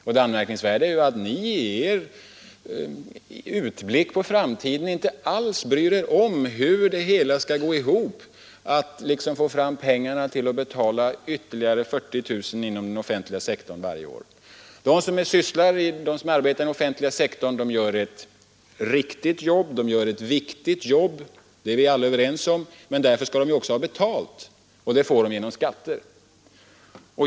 Det anmärkningsvärda är att ni i er utblick över framtiden inte alls bryr er om hur det hela skall gå ihop, hur man skall få fram pengarna till att betala ytterligare 40 000 anställda inom den offentliga sektorn varje år. De som arbetar inom den offentliga sektorn gör ett riktigt jobb och ett viktigt jobb, det är vi alla överens om. Men därför skall de också ha betalt, och det får de genom skatter.